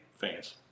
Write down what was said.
fans